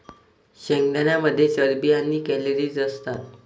शेंगदाण्यांमध्ये चरबी आणि कॅलरीज असतात